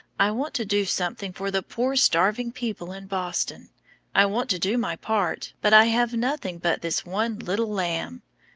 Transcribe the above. i want to do something for the poor starving people in boston i want to do my part, but i have nothing but this one little lamb.